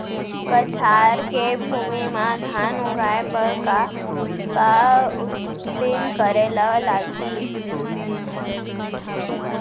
कछार के भूमि मा धान उगाए बर का का उदिम करे ला लागही?